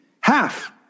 Half